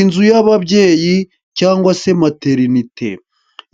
Inzu y'ababyeyi cyangwa se materinite.